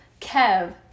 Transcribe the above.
Kev